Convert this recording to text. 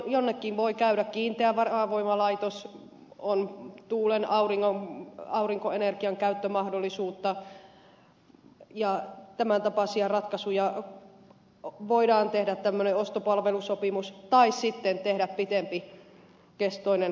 jonnekin voi käydä kiinteä varavoimalaitos on tuulen aurinkoenergian käyttömahdollisuutta ja tämäntapaisia ratkaisuja voidaan tehdä tämmöinen ostopalvelusopimus tai sitten tehdä pitempikestoinen akusto